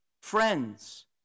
friends